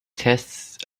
tests